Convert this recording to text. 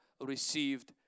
received